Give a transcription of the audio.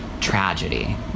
tragedy